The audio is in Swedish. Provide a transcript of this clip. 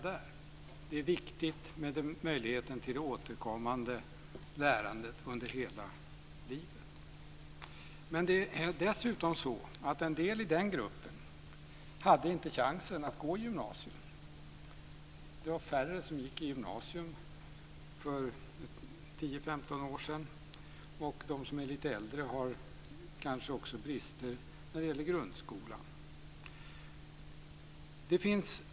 Det är viktigt med möjligheten till återkommande lärande under hela livet. En del i den gruppen hade dessutom inte chansen att gå på gymnasiet. Det var färre som gick på gymnasiet för 10-15 år sedan. De som är lite äldre har kanske också brister när det gäller grundskolan.